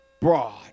broad